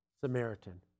Samaritan